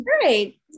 Great